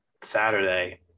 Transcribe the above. saturday